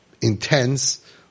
intense